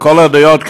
לכל הדעות,